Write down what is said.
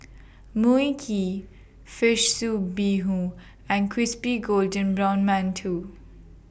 Mui Kee Fish Soup Bee Hoon and Crispy Golden Brown mantou